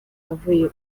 avuye